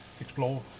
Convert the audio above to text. explore